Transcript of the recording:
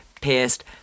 pissed